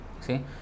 See